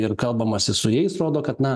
ir kalbamasi su jais rodo kad na